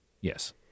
Yes